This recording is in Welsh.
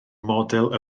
model